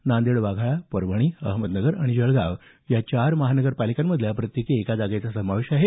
यामध्ये नांदेड वाघाळा परभणी अहमदनगर आणि जळगाव या चार महानगरपालिकांमधल्या प्रत्येकी एका जागेचा समावेश आहे